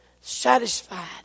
satisfied